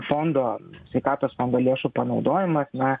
fondo sveikatos fondo lėšų panaudojimas na